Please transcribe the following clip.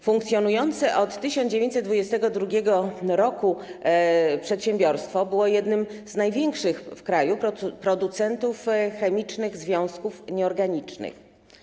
Funkcjonujące od 1922 r. przedsiębiorstwo było jednym z największych w kraju producentów chemicznych związków nieorganicznych.